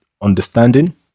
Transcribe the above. understanding